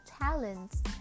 talents